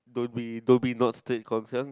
don't be don't be not straight Guang-Xiang